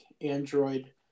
android